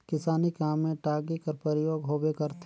किसानी काम मे टागी कर परियोग होबे करथे